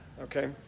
Okay